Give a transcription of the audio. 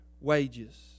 wages